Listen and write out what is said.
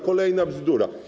Kolejna bzdura.